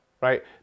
right